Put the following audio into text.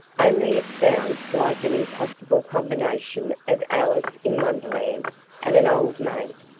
only it sounds like an impossible combination of alice in wonderland and an old maid,